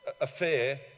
affair